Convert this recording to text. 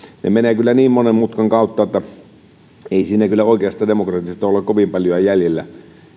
ne menevät kyllä niin monen mutkan kautta että ei siinä kyllä oikeastaan demokratiasta ole kovin paljoa jäljellä